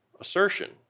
assertion